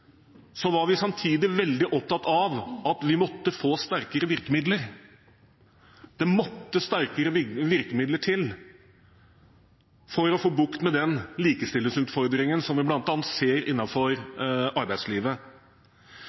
så mange prinsipielle innvendinger mot det. Utfordringen er at da vi behandlet likestilingsmeldingen, var vi samtidig veldig opptatt av at vi måtte få sterkere virkemidler, det måtte sterkere virkemidler til for å få bukt med den likestillingsutfordringen, som vi bl.a. ser